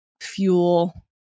fuel